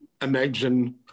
imagine